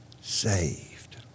saved